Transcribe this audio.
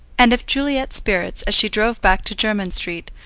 and if juliet's spirits, as she drove back to jermyn street,